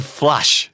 flush